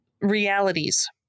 realities